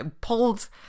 pulled